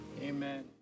Amen